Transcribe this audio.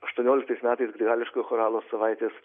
aštuonioliktais metais grigališko choralo savaitės